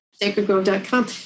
sacredgrove.com